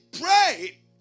pray